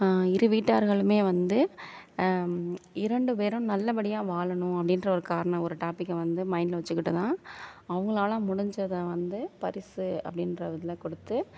இரு வீட்டார்களுமே வந்து இரண்டு பேரும் நல்லபடியாக வாழணும் அப்படின்ற ஒரு காரணம் ஒரு டாப்பிக்கை வந்து மைண்ட்டில் வச்சுக்கிட்டு தான் அவங்களால முடிஞ்சதை வந்து பரிசு அப்படின்ற இதில் கொடுத்து